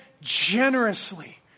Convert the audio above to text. generously